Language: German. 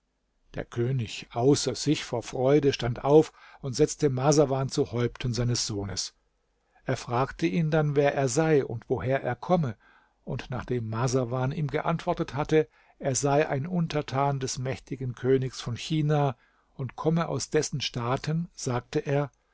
der könig außer sich vor freude stand auf und setzte marsawan zu häupten seines sohnes er fragte ihn dann wer er sei und woher er komme und nachdem marsawan ihm geantwortet hatte er sei ein untertan des mächtigen königs von china und komme aus dessen staaten sagte er